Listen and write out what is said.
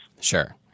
Sure